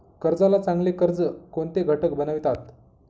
कर्जाला चांगले कर्ज कोणते घटक बनवितात?